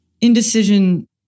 indecision